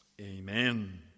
Amen